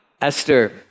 Esther